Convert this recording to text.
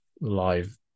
live